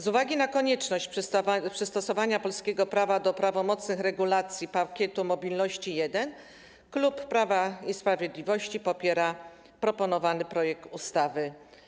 Z uwagi na konieczność przystosowania polskiego prawa do prawomocnych regulacji Pakietu Mobilności I klub Prawa i Sprawiedliwości popiera proponowany projekt ustawy.